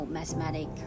Mathematic